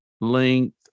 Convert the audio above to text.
length